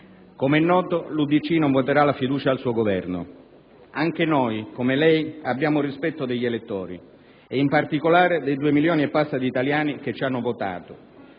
com'è noto, l'UDC non voterà la fiducia al suo Governo. Anche noi, come lei, abbiamo rispetto degli elettori e, in particolare, dei due milioni e passa di italiani che ci hanno votato.